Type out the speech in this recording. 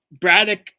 Braddock